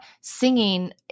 singing